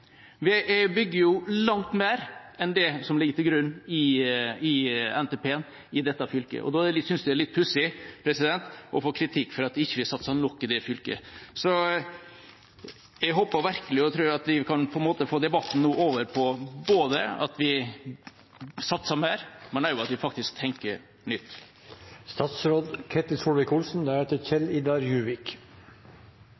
Vi bygger langt mer enn det som ligger til grunn i NTP-en i dette fylket, og da synes jeg det er litt pussig å få kritikk for at ikke vi satser nok i det fylket. Så jeg håper virkelig og tror at vi nå kan få debatten over på at vi ikke bare satser mer, men også at vi faktisk tenker nytt.